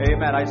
Amen